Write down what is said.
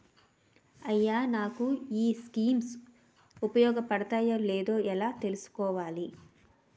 అయ్యా నాకు ఈ స్కీమ్స్ ఉపయోగ పడతయో లేదో ఎలా తులుసుకోవాలి?